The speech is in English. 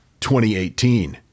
2018